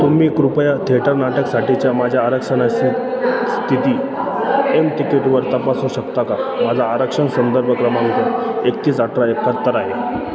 तुम्ही कृपया थिएटर नाटकसाठीच्या माझ्या आरक्षणाची स्थिती एम तिकीटवर तपासू शकता का माझा आरक्षण संदर्भ क्रमांक एकतीस अठरा एकाहत्तर आहे